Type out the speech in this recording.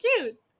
cute